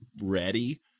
ready